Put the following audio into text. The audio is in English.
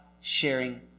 sharing